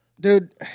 Dude